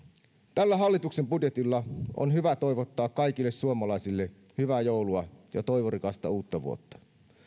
tällä hallituksen budjetilla on hyvä toivottaa kaikille suomalaisille hyvää joulua ja toivorikasta uuttavuotta